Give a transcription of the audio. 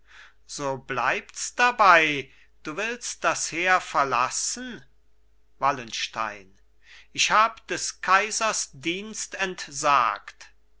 so bleibts dabei du willst das heer verlassen wallenstein ich hab des kaisers dienst entsagt